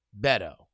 Beto